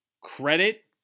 credit